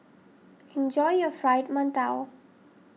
enjoy your Fried Mantou